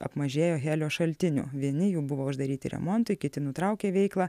apmažėjo helio šaltinių vieni jų buvo uždaryti remontui kiti nutraukė veiklą